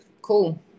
cool